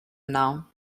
now